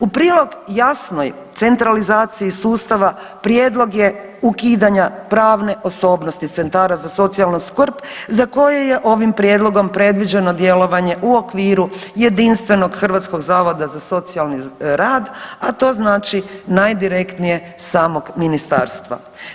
U prilog jasnoj centralizaciji sustava prijedlog je ukidanja pravne osobnosti centara za socijalnu skrb za koje je ovim prijedlogom predviđeno djelovanje u okviru jedinstvenog Hrvatskog zavoda za socijalni rad, a to znači najdirektnije samog ministarstva.